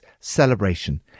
celebration